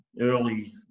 early